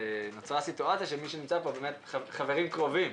שנוצרה סיטואציה שמי שנמצא פה הם חברים קרובים,